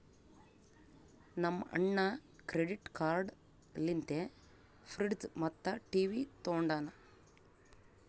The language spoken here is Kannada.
ನಮ್ ಅಣ್ಣಾ ಕ್ರೆಡಿಟ್ ಕಾರ್ಡ್ ಲಿಂತೆ ಫ್ರಿಡ್ಜ್ ಮತ್ತ ಟಿವಿ ತೊಂಡಾನ